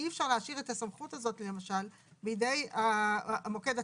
אי אפשר להשאיר את הסמכות הזאת למשל בידי המוקד עצמו.